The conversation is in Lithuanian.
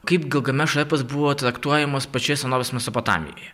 kaip gilgamešo epas buvo traktuojamas pačioje senovės mesopotamijoje